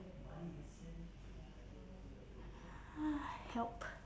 help